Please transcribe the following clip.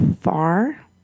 far